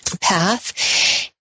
path